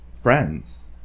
friends